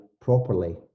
properly